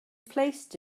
placed